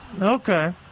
Okay